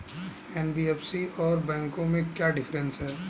NBFC और बैंकों में क्या डिफरेंस है?